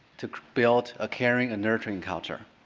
to build a caring and nurturing culture.